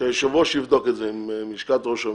שהיושב-ראש יבדוק את זה עם לשכת ראש הממשלה,